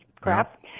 crap